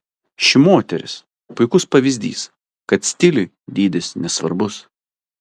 ši moteris puikus pavyzdys kad stiliui dydis nesvarbus